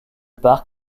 parc